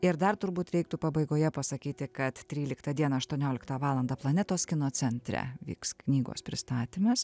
ir dar turbūt reiktų pabaigoje pasakyti kad tryliktą dieną aštuonioliktą valandą planetos kino centre vyks knygos pristatymas